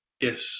Yes